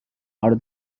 are